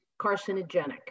carcinogenic